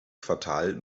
quartal